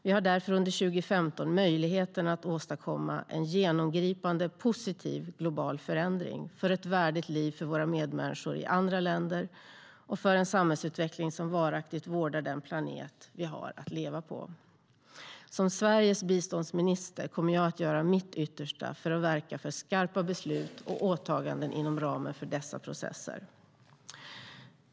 Vi har därför under 2015 möjlighet att åstadkomma en genomgripande positiv global förändring för ett värdigt liv för våra medmänniskor i andra länder och för en samhällsutveckling som varaktigt vårdar den planet vi har att leva på. Som Sveriges biståndsminister kommer jag att göra mitt yttersta för att verka för skarpa beslut och åtaganden inom ramen för dessa processer.